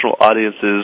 audiences